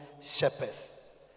shepherds